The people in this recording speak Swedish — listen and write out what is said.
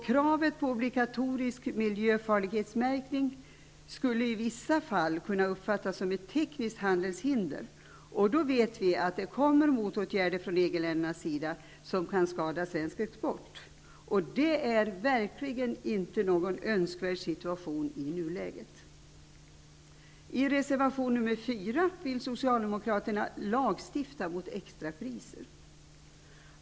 Kravet på obligatorisk miljömärkning skulle i vissa fall kunna uppfattas som ett tekniskt handelshinder, och då vet vi att det kommer motåtgärder från EG länderna, vilket kan skada svensk export. Det är verkligen inte någon önskvärd situation i nuläget.